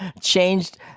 changed